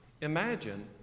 Imagine